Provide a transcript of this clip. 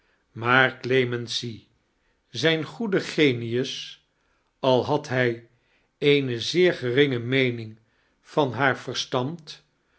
maar clemency zijn goede genius al had hij eene zeer geringe meening van haar varstanid